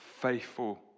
faithful